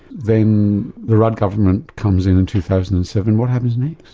then the rudd government comes in in two thousand and seven what happens next?